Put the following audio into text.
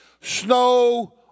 snow